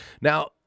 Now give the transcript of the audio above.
Now